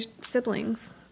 siblings